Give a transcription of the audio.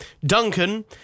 Duncan